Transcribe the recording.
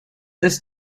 this